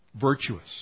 virtuous